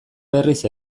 berriz